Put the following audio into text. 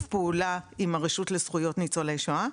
פעולה עם הרשות לזכויות ניצולי שואה,